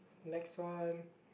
next one